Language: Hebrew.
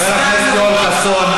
חבר הכנסת יואל חסון,